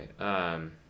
Okay